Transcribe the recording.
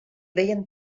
deien